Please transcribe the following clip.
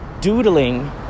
doodling